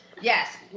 Yes